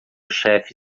chefe